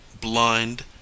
blind